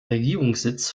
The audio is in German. regierungssitz